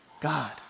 God